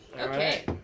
Okay